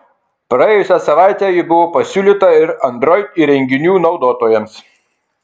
praėjusią savaitę ji buvo pasiūlyta ir android įrenginių naudotojams